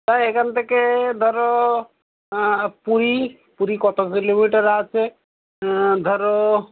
তা এখান থেকে ধরো পুরী পুরী কতো কিলোমিটার আছে ধরো